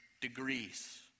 degrees